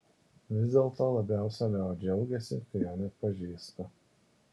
vis dėlto labiausiai leo džiaugiasi kai jo neatpažįsta